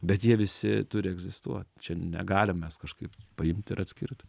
bet jie visi turi egzistuot čia negalim mes kažkaip paimti ir atskirti